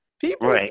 People